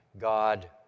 God